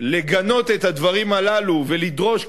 לגנות את הדברים הללו ולדרוש מהפלסטינים,